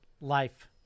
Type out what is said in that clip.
life